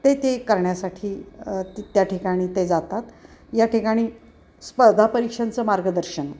ते ते करण्यासाठी ती त्या ठिकाणी ते जातात या ठिकाणी स्पर्धा परीक्षांचं मार्गदर्शन